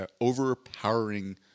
overpowering